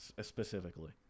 specifically